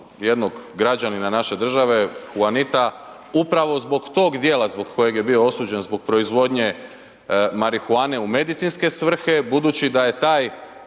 jednog građanina naše države, Huanita, upravo zbog tog dijela, zbog kojeg je bio osuđen, zbog proizvodnje marihuane u medicinske svrhe, budući da je taj